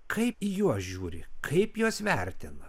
kaip į juos žiūri kaip juos vertina